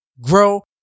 grow